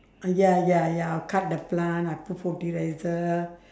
ya ya ya I'll cut the plant I put fertiliser